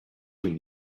when